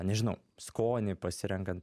nežinau skonį pasirenkant